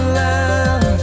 love